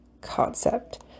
concept